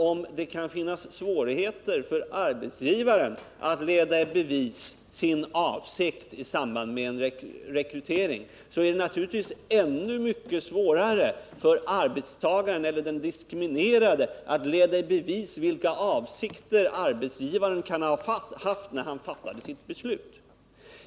Om det kan finnas svårigheter för arbetsgivaren att i samband med rekrytering leda i bevis sin avsikt, så är det naturligtvis än svårare för arbetstagaren eller den diskriminerade att leda i bevis vilka avsikter arbetsgivaren kan ha haft när han fattade sitt beslut.